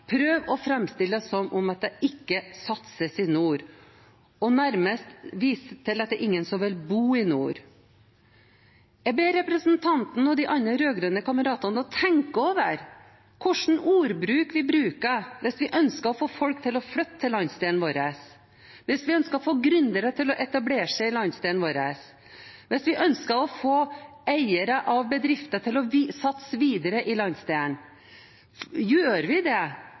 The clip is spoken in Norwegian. prøver å framstille det som om det ikke satses i nord, og nærmest viser til at det er ingen som vil bo i nord. Jeg ber representanten og de andre rød-grønne kameratene å tenke over ordene vi bruker hvis vi ønsker å få folk til å flytte til landsdelen vår, hvis vi ønsker å få gründere til å etablere seg i landsdelen vår, og hvis vi ønsker å få eiere av bedrifter til å satse videre i landsdelen. Gjør vi det